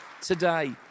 today